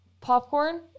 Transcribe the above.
popcorn